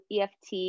EFT